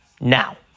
Now